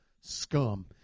scum